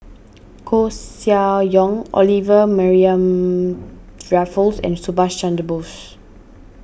Koeh Sia Yong Olivia Mariamne Raffles and Subhas Chandra Bose